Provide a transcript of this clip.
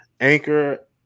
Anchor